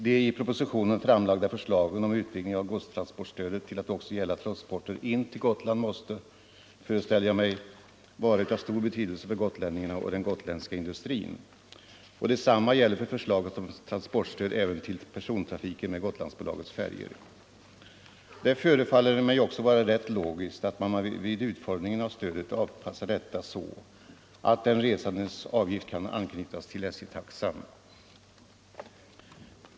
De i propositionen framlagda förslagen om utvidgning av godstransportstödet till att också gälla transporter in till Gotland måste, föreställer jag mig, vara av stor betydelse för gotlänningarna och den gotländska industrin. Detsamma gäller förslaget om transportstöd även till persontrafiken med Gotlandsbolagets färjor. Det förefaller mig också vara rätt logiskt att man vid utformningen av stödet avpassar detta så att den resandes avgift kan anknytas till SJ taxan.